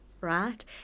right